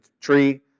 tree